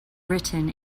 written